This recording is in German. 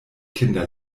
kinder